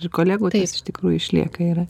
ir kolegų tas iš tikrųjų išlieka yra